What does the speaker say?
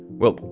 well,